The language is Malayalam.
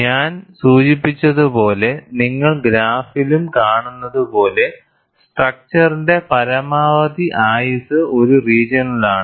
ഞാൻ സൂചിപ്പിച്ചതുപോലെ നിങ്ങൾ ഗ്രാഫിലും കാണുന്നത് പോലെ സ്ട്രക്ച്ചറിന്റെ പരമാവധി ആയുസ്സ് ഈ റീജിയണിലാണ്